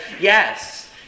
yes